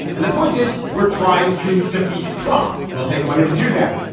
and the point is we're trying to defeat trump. we'll take money to do that.